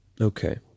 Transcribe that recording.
Okay